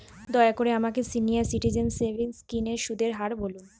দয়া করে আমাকে সিনিয়র সিটিজেন সেভিংস স্কিমের সুদের হার বলুন